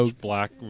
black